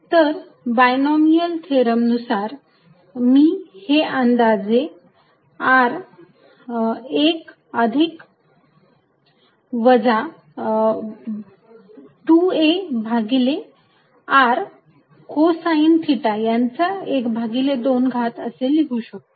तर binomial theorem नुसार मी हे अंदाजे r 1 अधिक वजा 2a भागिले r कोसाइन थिटा यांचा ½ घात असे लिहू शकतो